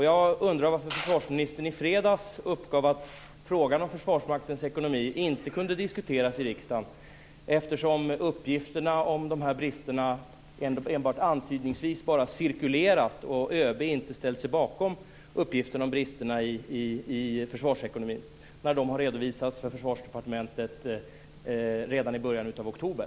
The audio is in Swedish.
Jag undrar varför försvarsministern i fredags uppgav att frågan om Försvarsmaktens ekonomi inte kunde diskuteras i riksdagen därför att uppgifterna om bristerna i försvarsekonomin enbart antydningsvis cirkulerat och ÖB inte ställt sig bakom uppgifterna, när de redovisats för Försvarsdepartementet redan i början av oktober.